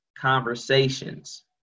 Conversations